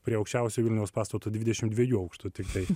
prie aukščiausio vilniaus pastato dvidešimt dviejų aukštų tiktai